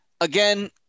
again